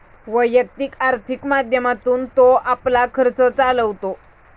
वैयक्तिक आर्थिक माध्यमातून तो आपला खर्च चालवतो